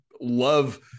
love